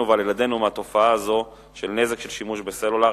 ועל ילדינו מהתופעה הזאת של נזק משימוש בסלולר,